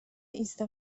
ایست